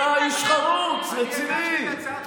למה לא הצבעתם בכנסת התשע-עשרה כשארדן הביא את זה?